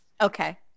Okay